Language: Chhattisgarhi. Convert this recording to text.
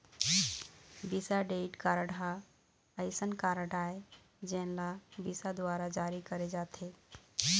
विसा डेबिट कारड ह असइन कारड आय जेन ल विसा दुवारा जारी करे जाथे